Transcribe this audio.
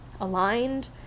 aligned